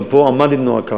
גם פה עמדנו על כך.